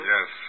Yes